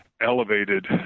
Elevated